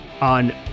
on